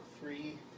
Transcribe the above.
Three